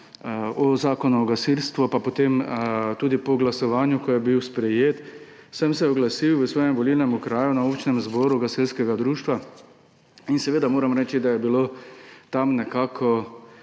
o Zakonu o gasilstvu pa potem tudi po glasovanju, ko je bil sprejet, sem se oglasil v svojem volilnem okraju na občnem zboru gasilskega društva. Moram reči, da je bilo tam dobro,